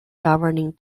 governing